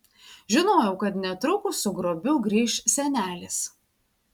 žinojau kad netrukus su grobiu grįš senelis